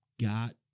got